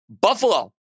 Buffalo